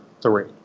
three